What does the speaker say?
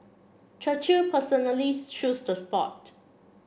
Churchill personally chose the spot